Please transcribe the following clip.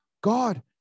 God